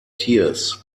tears